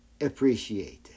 appreciated